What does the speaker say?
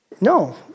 No